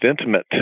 intimate